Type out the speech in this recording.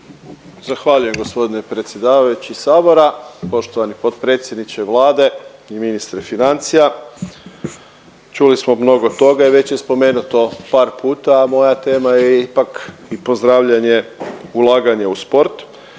Zahvaljujem g. predsjedavajući Sabora, poštovani potpredsjedniče Vlade i ministre financija. Čuli smo mnogo toga i već je spomenuto par puta, a moja tema je ipak i pozdravljanje ulaganja u sport,